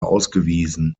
ausgewiesen